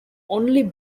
only